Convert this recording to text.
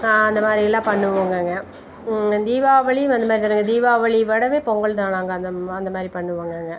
அந்த மாதிரிலாம் பண்ணுவோங்கங்க தீபாவளியும் அந்த மாதிரி தானுங்க தீபாவளியை விடவே பொங்கல் தானாங்க அந்த அந்த மாதிரி பண்ணுவோங்கங்க